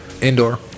indoor